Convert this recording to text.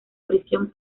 prisión